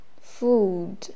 Food